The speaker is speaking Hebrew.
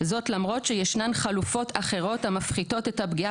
זאת למרות שישנן חלופות אחרות המפחיתות את הפגיעה